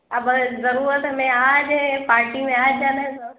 اب اگر ضرورت ہمیں آج ہے پارٹی میں آج جانا ہے تو